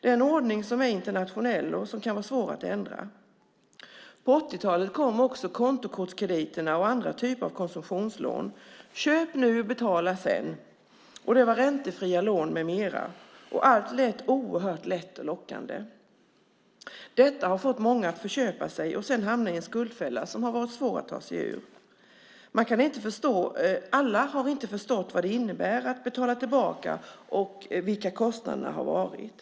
Det är en ordning som är internationell och som kan vara svår att ändra. På 80-talet kom också kontokortskrediterna och andra typer av konsumtionslån. Köp nu och betala sedan, sade man. Det var räntefria lån med mera, och allt lät oerhört lätt och lockande. Detta har fått många att förköpa sig och sedan hamna i en skuldfälla som har varit svår att ta sig ur. Alla har inte förstått vad det innebär att betala tillbaka och vilka kostnader det har varit.